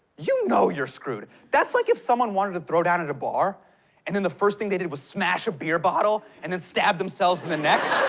you know you're screwed. that's like if someone wanted to throw down at a bar and the first thing they did was smash a beer bottle and then stab themselves in the neck.